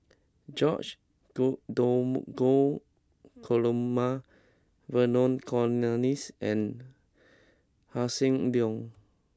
George go dom go Dromgold Coleman Vernon Cornelius and Hossan Leong